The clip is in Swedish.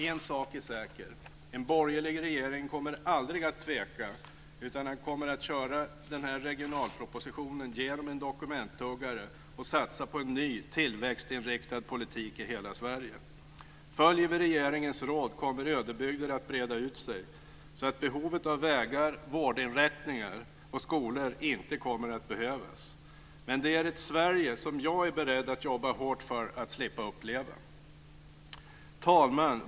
En sak är säker, en borgerlig regering kommer aldrig att tveka, utan den kommer att köra den här regionalpropositionen genom en dokumenttuggare och satsa på en ny tillväxtinriktad politik i hela Sverige. Följer vi regeringens råd kommer ödebygder att breda ut sig så att behovet av vägar, vårdinrättningar och skolor inte kommer att finnas kvar. Men det är ett Sverige som jag är beredd att jobba hårt för att slippa uppleva. Fru talman!